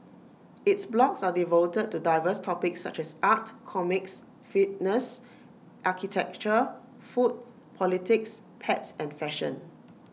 its blogs are devoted to diverse topics such as art comics fitness architecture food politics pets and fashion